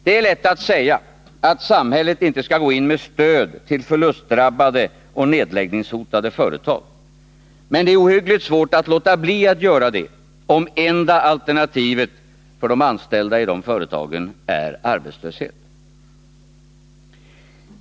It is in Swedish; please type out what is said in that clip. Det är lätt att säga att samhället inte skall gå in med stöd till förlustdrabbade och nedläggningshotade företag. Men det är ohyggligt svårt att låta bli att göra det, om enda alternativet för de anställda i de företagen är arbetslöshet.